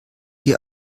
ihr